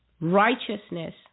Righteousness